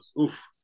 Oof